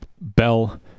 Bell